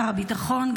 שר הביטחון,